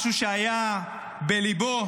משהו שהיה בליבו,